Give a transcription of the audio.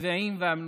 השבעים והמנותקים.